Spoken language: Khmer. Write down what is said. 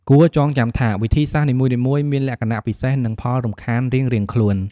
គួរចងចាំថា វិធីសាស្ត្រនីមួយៗមានលក្ខណៈពិសេស និងផលរំខានរៀងៗខ្លួន។